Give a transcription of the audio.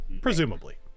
presumably